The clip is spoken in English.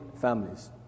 families